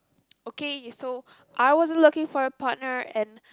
okay so I wasn't looking for a partner and